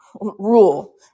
rule